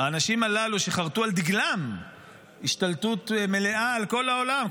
שחרתו על דגלם השתלטות מלאה על כל העולם,